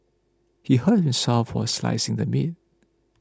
he hurt himself while slicing the meat